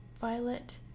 violet